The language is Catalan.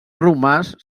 romàs